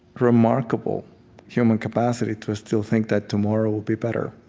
remarkable human capacity to still think that tomorrow will be better.